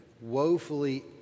woefully